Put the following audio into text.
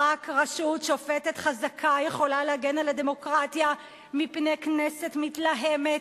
רק רשות שופטת חזקה יכולה להגן על הדמוקרטיה מפני כנסת מתלהמת,